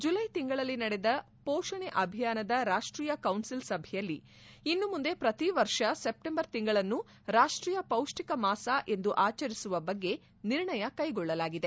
ಜುಲ್ಲೆ ತಿಂಗಳಲ್ಲಿ ನಡೆದ ಮೋಷಣೆ ಅಭಿಯಾನದ ರಾಷ್ಷೀಯ ಕೌನ್ಸಿಲ್ ಸಭೆಯಲ್ಲಿ ಇನ್ನು ಮುಂದೆ ಪ್ರತಿ ವರ್ಷ ಸೆಪ್ಟೆಂಬರ್ ತಿಂಗಳನ್ನು ರಾಷ್ವೀಯ ಪೌಷ್ಟಿಕ ಮಾಸ ಎಂದು ಆಚರಿಸುವ ಬಗ್ಗೆ ನಿರ್ಣಯ ಕೈಗೊಳ್ಳಲಾಗಿದೆ